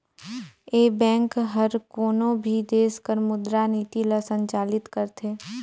ए bank हर कोनो भी देस कर मुद्रा नीति ल संचालित करथे